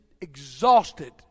exhausted